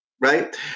right